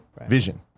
vision